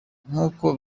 nk’uko